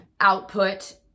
output